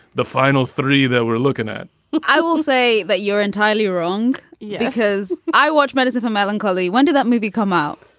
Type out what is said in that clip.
the final three that we're looking at i will say that you're entirely wrong yeah because i watch matters of melancholy. when did that movie come out?